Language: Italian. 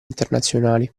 internazionali